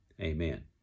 Amen